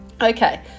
Okay